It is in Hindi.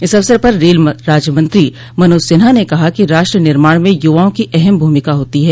इस अवसर पर रेल राज्यमंत्री मनोज सिन्हा ने कहा कि राष्ट्र निर्माण में युवाओं की अहम भूमिका होती है